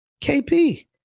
KP